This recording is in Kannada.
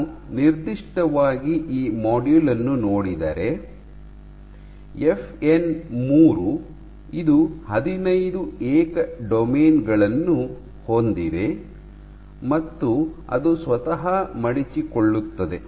ನಾನು ನಿರ್ದಿಷ್ಟವಾಗಿ ಈ ಮಾಡ್ಯೂಲ್ ಅನ್ನು ನೋಡಿದರೆ ಎಫ್ ಎನ್ 3 ಇದು ಹದಿನೈದು ಏಕ ಡೊಮೇನ್ ಗಳನ್ನು ಹೊಂದಿದೆ ಮತ್ತು ಅದು ಸ್ವತಃ ಮಡಚಿಕೊಳ್ಳುತ್ತದೆ